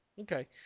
Okay